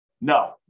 No